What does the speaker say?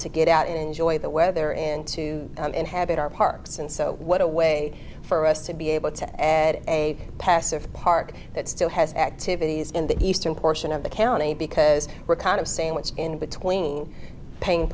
to get out and enjoy the weather and to inhabit our parks and so what a way for us to be able to add a passive park that still has activities in the eastern portion of the county because we're kind of saying what's in between paying